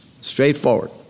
Straightforward